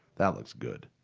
that looks good.